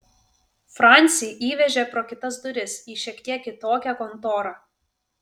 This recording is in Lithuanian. francį įvežė pro kitas duris į šiek tiek kitokią kontorą